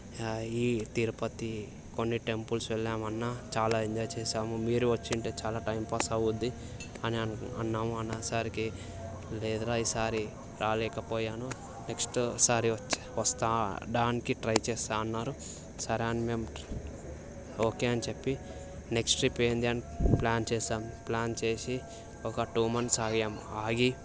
ఈ తిరుపతి కొన్ని టెంపుల్స్ వెళ్ళాం అన్న చాలా ఎంజాయ్ చేసాము మీరు వచ్చి ఉంటే చాలా టైంపాస్ అవుద్ది అని అన్నాము అనేసరికి లేదురా ఈసారి రాలేకపోయాను నెక్స్ట్ సరీ వస్తాను దానికి ట్రై చేస్తాను అన్నారు సరే అని మేము ఓకే అని చెప్పి నెక్స్ట్ ట్రిప్ ఏంది అని ప్లాన్ చేసాం ప్లాన్ చేసి ఒక టూ మంత్స్ ఆగాము ఆగి